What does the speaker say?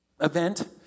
event